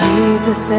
Jesus